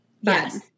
Yes